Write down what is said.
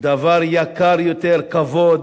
דבר יקר יותר, כבוד,